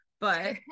but-